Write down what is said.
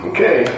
Okay